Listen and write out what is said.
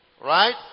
Right